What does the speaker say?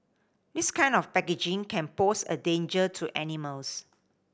this kind of packaging can pose a danger to animals